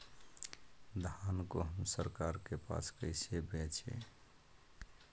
धान को हम सरकार के पास कैसे बेंचे?